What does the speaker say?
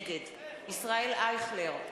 נגד ישראל אייכלר,